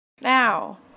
Now